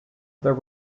there